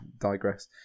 digress